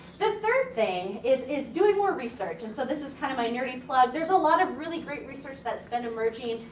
the third thing is is doing more research. and so, this is kinda kind of my nerdy plug. there's a lot of really great research that's been emerging.